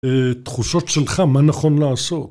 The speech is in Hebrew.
אה... תחושות שלך, מה נכון לעשות?